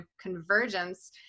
convergence